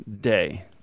day